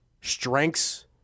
strengths